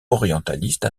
orientaliste